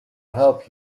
help